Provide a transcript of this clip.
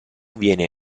viene